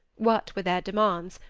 what were their demands,